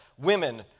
women